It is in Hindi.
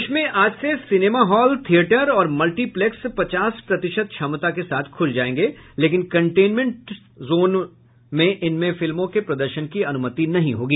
देश में आज से सिनेमाहॉल थियेटर और मल्टीप्लेक्स पचास प्रतिशत क्षमता के साथ खुल जायेंगे लेकिन कंटेनमेंट वाले क्षेत्रों में इनमें फिल्मों के प्रदर्शन की अनुमति नहीं होगी